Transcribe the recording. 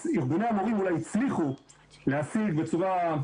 אז ארגוני המורים אולי הצליחו להשיג בצורה,